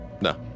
No